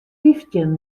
fyftjin